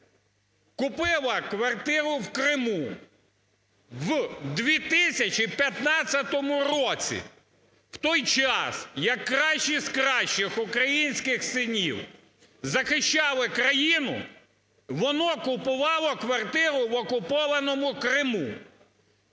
купила квартиру в Криму в 2015 році. В той час, як кращі з кращих українських синів захищали країну, воно купувало квартиру в окупованому Криму.